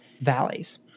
valleys